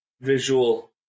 visual